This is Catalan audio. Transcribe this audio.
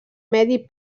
medi